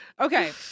okay